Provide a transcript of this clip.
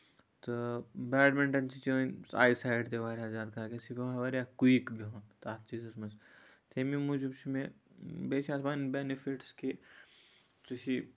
تہٕ بیڈمِنٹَن چھِ چٲنۍ آی سایِٹ تہِ واریاہ زیادٕ کران اس لیے گوٚو مےٚ واریاہ کُیِک تَتھ چیٖزَس منحز تَمہِ موٗجوٗب چھُ مےٚ بیٚیہِ چھِ اَتھ پَنٕنۍ بینِفِٹٕس کہِ ژٕ چھِ